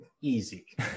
Easy